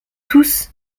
tous